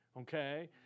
okay